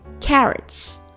carrots